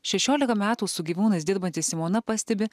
šešiolika metų su gyvūnais dirbanti simona pastebi